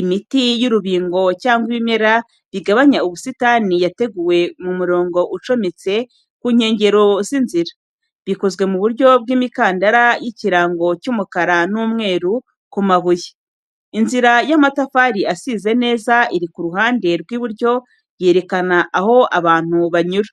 Imiti y’urubingo cyangwa ibimera bigabanya ubusitani yateguwe mu murongo ucometse ku nkengero z’inzira, bikozwe mu buryo bw’imikandara y’ikirango cy’umukara n’umweru ku mabuye. Inzira y’amatafari asize neza iri ku ruhande rw’iburyo yerekana aho abantu banyura.